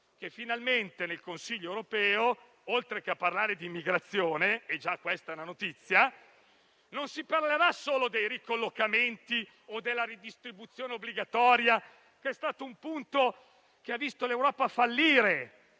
finalmente nel Consiglio europeo, oltre a parlare di immigrazione - già questa è una notizia - non si parlerà solo dei ricollocamenti o della ridistribuzione obbligatoria, che è stato un punto che ha visto l'Europa fallire